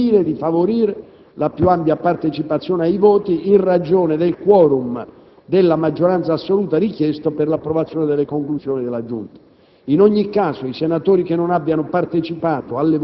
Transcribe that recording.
eccezionalmente anche nella seduta pomeridiana - al fine di favorire la più ampia partecipazione ai voti, in ragione del *quorum* della maggioranza assoluta richiesto per l'approvazione delle conclusioni della Giunta.